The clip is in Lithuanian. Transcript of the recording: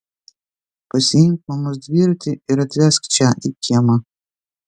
pasiimk mamos dviratį ir atvesk čia į kiemą